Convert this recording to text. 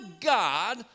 God